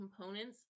components